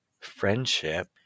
Friendship